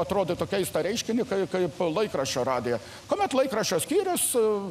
atrodytų keistą reiškinį kaip laikraščio radiją kuomet laikraščio skyrius